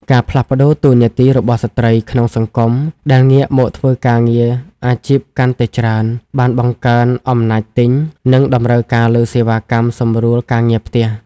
ការផ្លាស់ប្តូរតួនាទីរបស់ស្ត្រីក្នុងសង្គម ដែលងាកមកធ្វើការងារអាជីពកាន់តែច្រើន បានបង្កើនអំណាចទិញ និងតម្រូវការលើសេវាកម្មសម្រួលការងារផ្ទះ។